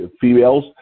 females